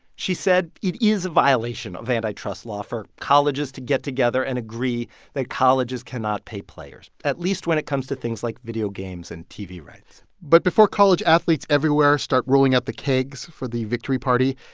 she said it is a violation of antitrust law for colleges to get together and agree that colleges cannot pay players, at least when it comes to things like video games and tv rights but before college athletes everywhere start rolling out the kegs for the victory party,